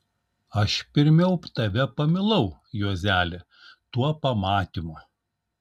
aš pirmiau tave pamilau juozeli tuo pamatymu